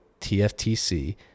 TFTC